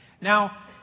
Now